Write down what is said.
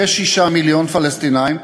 כ-6 מיליון פלסטינים,